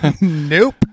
Nope